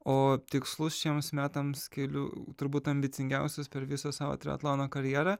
o tikslus šiems metams keliu turbūt ambicingiausius per visą savo triatlono karjerą